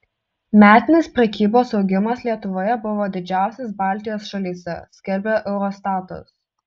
metinis prekybos augimas lietuvoje buvo didžiausias baltijos šalyse skelbia eurostatas